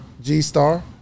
G-Star